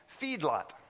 feedlot